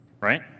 right